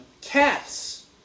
Cats